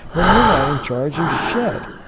when we're not in charge of shit.